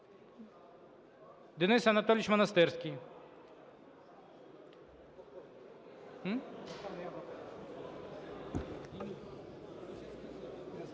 Денис Анатолійович Монастирський.